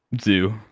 zoo